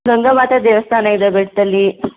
ಗಂಗಾಮಾತಾ ದೇವಸ್ಥಾನ ಇದೆ ಬೆಟ್ಟದಲ್ಲಿ